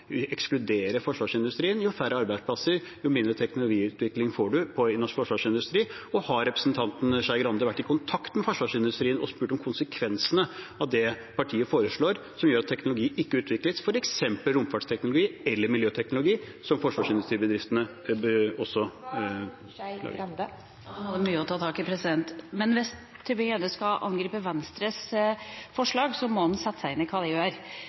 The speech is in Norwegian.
ekskluderer forsvarsindustrien, jo færre arbeidsplasser og jo mindre teknologiutvikling får man i norsk forsvarsindustri. Og har representanten Skei Grande vært i kontakt med forsvarsindustrien og spurt om konsekvensene av det partiet foreslår, som gjør at teknologi ikke utvikles, f.eks. romfartsteknologi eller miljøteknologi, som forsvarsindustribedriftene også … Der var det mye å ta tak i. Hvis Tybring-Gjedde skal angripe Venstres forslag, må han sette seg inn i hva vi gjør.